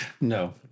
No